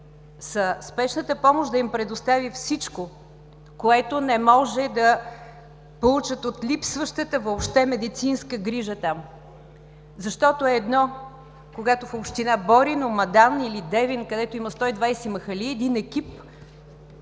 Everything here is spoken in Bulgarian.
спешната помощ да им предостави всичко, което не може да получат от липсващата въобще медицинска грижа там. Защото е едно, когато в община Борино, Мадан или Девин, където има 120 махали, един екип